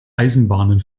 eisenbahnen